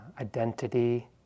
identity